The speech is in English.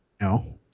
No